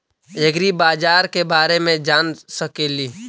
ऐग्रिबाजार के बारे मे जान सकेली?